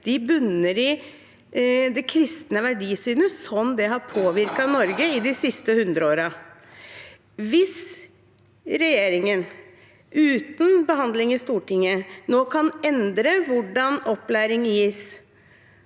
bunner i det kristne verdisynet, slik det har påvirket Norge de siste hundreårene. Hvis regjeringen uten behandling i Stortinget nå kan endre hvordan opplæring gis,